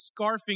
scarfing